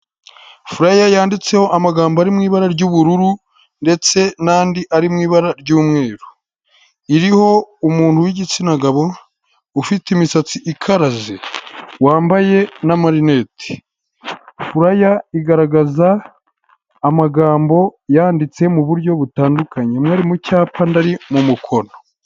Furaya yanditseho amagambo ari mu ibara ry'ubururu ndetse n'andi ari mu ibara ry'umweru, iriho umuntu w'igitsina gabo ufite imisatsi ikaraze wambaye n'amarinete. Furaya igaragaza amagambo yanditse mu buryo butandukanye, amwe ari mu cyapa andi ari mu mukono.